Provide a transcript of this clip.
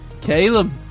Caleb